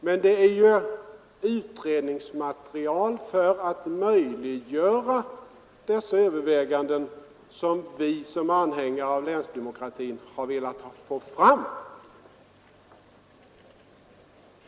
Men det är just utredningsmaterial för att möjliggöra sådana överväganden som vi, anhängare av länsdemokratin, har velat få fram.